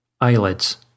Eyelids